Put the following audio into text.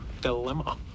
dilemma